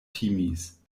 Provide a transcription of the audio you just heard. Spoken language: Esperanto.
timis